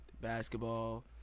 basketball